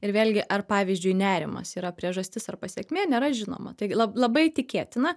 ir vėlgi ar pavyzdžiui nerimas yra priežastis ar pasekmė nėra žinoma tai la labai tikėtina